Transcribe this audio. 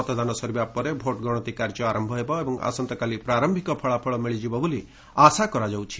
ମତଦାନ ସରିବା ପରେ ଗଣତି କାର୍ଯ୍ୟ ଆରମ୍ଭ ହେବ ଏବଂ ଆସନ୍ତାକାଲି ପ୍ରାରମ୍ଭିକ ଫଳାଫଳ ମିଳିଯିବ ବୋଲି ଆଶା କରାଯାଉଛି